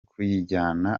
kuyijyana